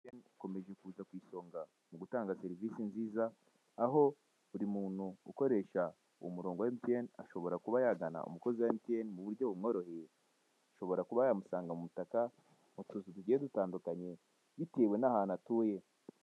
Ikomeje kuza ku isonga mu gutanga serivise nziza aho buri muntu ukoresha umurongo wa emutiyeni ashobora kuba yazana umukozi wa emutiyeni mu buryo bumworoheye. Ashobora kuba yamusanga mu mutaka, mu tuzu tugiye dutandukanye, bitewe n'ahantu atuye.